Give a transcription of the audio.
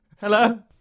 Hello